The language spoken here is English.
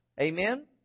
Amen